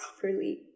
properly